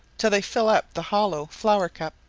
till they fill up the hollow flower-cup.